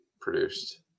produced